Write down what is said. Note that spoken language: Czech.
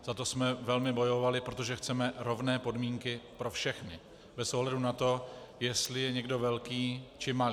Za to jsme velmi bojovali, protože chceme rovné podmínky pro všechny, bez ohledu na to, jestli je někdo velký, či malý.